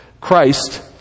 christ